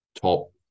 top